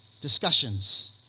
discussions